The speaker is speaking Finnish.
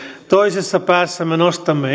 toisessa päässä me nostamme